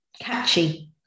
Catchy